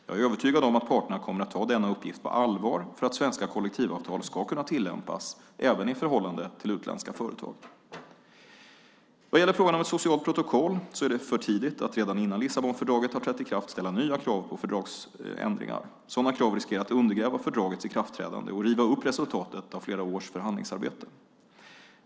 Jag är övertygad om att parterna kommer att ta denna uppgift på allvar för att svenska kollektivavtal ska kunna tillämpas även i förhållande till utländska företag. Vad gäller frågan om ett socialt protokoll är det för tidigt att redan innan Lissabonfördraget har trätt i kraft ställa nya krav på fördragsändringar. Sådana krav riskerar att undergräva fördragets ikraftträdande och riva upp resultatet av flera års förhandlingsarbete.